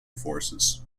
forces